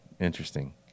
Interesting